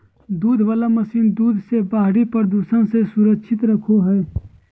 दूध वला मशीन दूध के बाहरी प्रदूषण से सुरक्षित रखो हइ